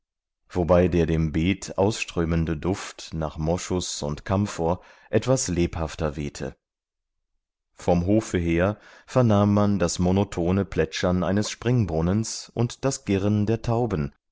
wobei der dem beet ausströmende duft nach moschus und camphor etwas lebhafter wehte vom hofe her vernahm man das monotone plätschern eines springbrunnens und das girren der tauben